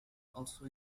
also